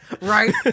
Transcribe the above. right